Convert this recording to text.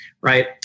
right